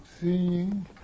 seeing